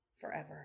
forever